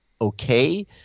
okay